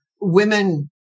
women